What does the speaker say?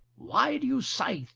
why do you say,